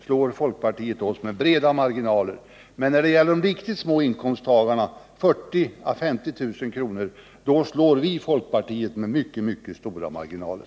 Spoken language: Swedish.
slår folkpartiet oss med breda marginaler. Men när det gäller de riktigt små inkomsttagarna —de som tjänar 40 000 å 50 000 kr. — slår vi folkpartiet med mycket stora marginaler.